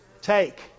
Take